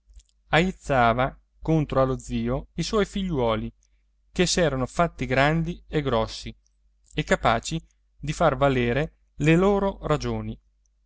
aizzava contro allo zio i suoi figliuoli che s'erano fatti grandi e grossi e capaci di far valere le loro ragioni